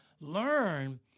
learn